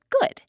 good